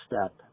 step